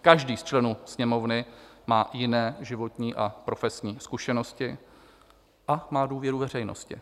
Každý z členů Sněmovny má jiné životní a profesní zkušenosti a má důvěru veřejnosti.